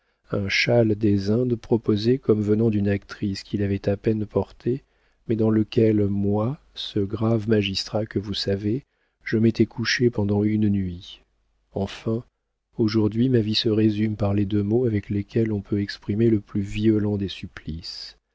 un châle des indes proposé comme venant d'une actrice qui l'avait à peine porté mais dans lequel moi ce grave magistrat que vous savez je m'étais couché pendant une nuit enfin aujourd'hui ma vie se résume par les deux mots avec lesquels on peut exprimer le plus violent des supplices